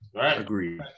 Agreed